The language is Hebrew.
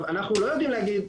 אנחנו לא יודעים להגיד,